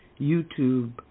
YouTube